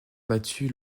battue